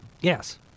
Yes